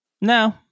no